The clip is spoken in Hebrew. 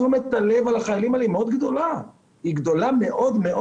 שתשומת הלב על החיילים האלה היא גדולה מאוד מאוד.